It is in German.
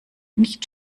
nicht